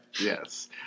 Yes